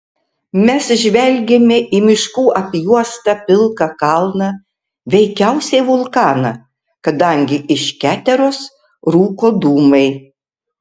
mes žvelgėme į miškų apjuostą pilką kalną veikiausiai vulkaną kadangi iš keteros rūko dūmai